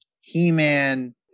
he-man